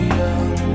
young